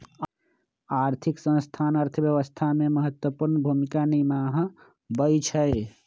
आर्थिक संस्थान अर्थव्यवस्था में महत्वपूर्ण भूमिका निमाहबइ छइ